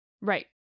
right